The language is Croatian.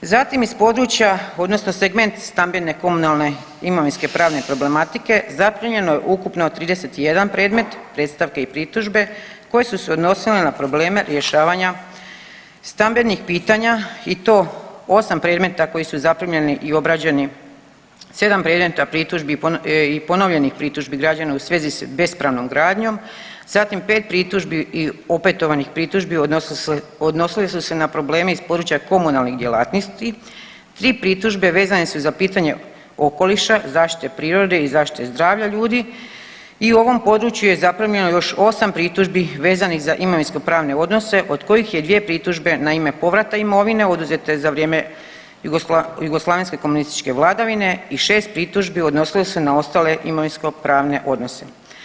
Zatim iz područja odnosno segment stambene komunalne imovinske pravne problematike zaprimljeno je ukupno 31 predmet predstavke i pritužbe koje su se odnosile na probleme rješavanja stambenih pitanja i to 8 predmeta koji su zaprimljeni i obrađeni, 7 predmeta pritužbi i ponovljenih pritužbi građana u svezi s bespravnom gradnjom, zatim 5 pritužbi i opetovanih pritužbi odnosile su se na probleme iz područja komunalnih djelatnosti, 3 pritužbe vezane su za pitanje okoliša, zaštite prirode i zaštite zdravlja ljudi i u ovom području je zaprimljeno još 8 pritužbi vezanih za imovinsko pravne odnose od kojih je 2 pritužbe na ime povrata imovine oduzete za vrijeme jugoslavenske komunističke vladavine i 6 pritužbi odnosilo se na ostale imovinsko pravne odnose.